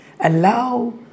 Allow